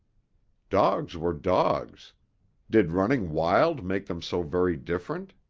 dogs were dogs did running wild make them so very different?